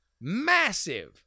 massive